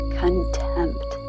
contempt